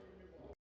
Дякую